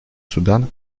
судан